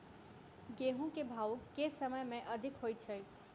गेंहूँ केँ भाउ केँ समय मे अधिक होइ छै?